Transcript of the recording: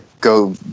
go